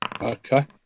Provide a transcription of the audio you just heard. Okay